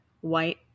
white